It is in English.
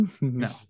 No